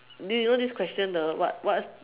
do you know this question the what what's